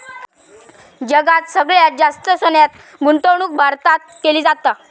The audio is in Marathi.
जगात सगळ्यात जास्त सोन्यात गुंतवणूक भारतात केली जाता